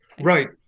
right